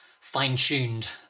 Fine-tuned